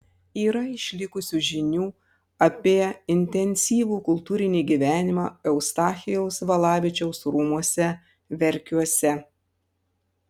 yra išlikusių žinių apie intensyvų kultūrinį gyvenimą eustachijaus valavičiaus rūmuose verkiuose